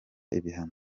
ibihano